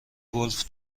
گلف